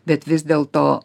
bet vis dėlto